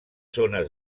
zones